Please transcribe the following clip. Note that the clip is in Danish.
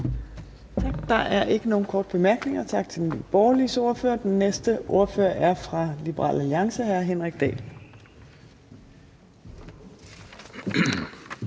Der er ikke nogen korte bemærkninger. Tak til Nye Borgerliges ordfører. Den næste ordfører er fra Liberal Alliance. Hr. Henrik Dahl.